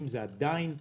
זה עדיין רחוק.